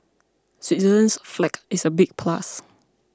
Switzerland's flag is a big plus